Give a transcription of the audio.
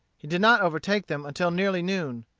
he did not overtake them until nearly noon.